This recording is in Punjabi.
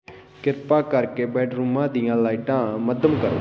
ਕਿਰਪਾ ਕਰਕੇ ਬੈੱਡਰੂਮਾਂ ਦੀਆਂ ਲਾਈਟਾਂ ਮੱਧਮ ਕਰੋ